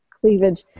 cleavage